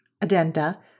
addenda